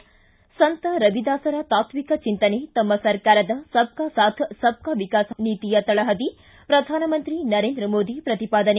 ಸ್ ಸಂತ ರವಿದಾಸರ ತಾತ್ಲಿಕ ಚಿಂತನೆ ತಮ್ಮ ಸರ್ಕಾರದ ಸಬ್ ಕಾ ಸಾಥ್ ಸಬ್ ಕಾ ವಿಕಾಸ್ ನೀತಿಯ ತಳಹದಿ ಪ್ರಧಾನಮಂತ್ರಿ ನರೇಂದ್ರ ಮೋದಿ ಪ್ರತಿಪಾದನೆ